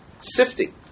Sifting